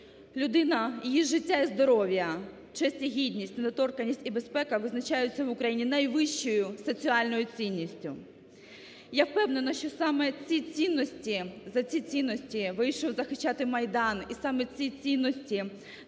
"Людина, її життя і здоров'я, честь і гідність, недоторканість і безпека визначаються в Україні найвищою соціальною цінністю". Я впевнена, що саме ці цінності, за ці цінності вийшов захищати Майдан, і саме ці цінності є